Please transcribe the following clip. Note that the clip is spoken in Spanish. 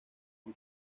con